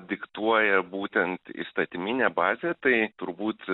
diktuoja būtent įstatyminė bazė tai turbūt